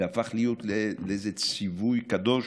זה הפך להיות לאיזה ציווי קדוש,